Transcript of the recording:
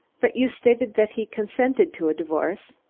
but you stated that he consented to a divorce?